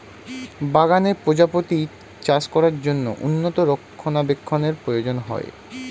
বাগানে প্রজাপতি চাষ করার জন্য উন্নত রক্ষণাবেক্ষণের প্রয়োজন হয়